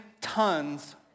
tons